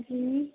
جی